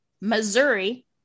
Missouri